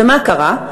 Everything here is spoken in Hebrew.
ומה קרה?